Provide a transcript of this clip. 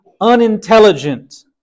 unintelligent